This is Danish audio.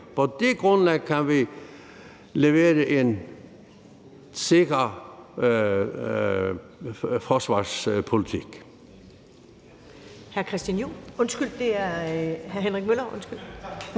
På det grundlag kan vi levere en sikker forsvarspolitik.